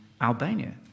Albania